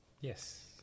Yes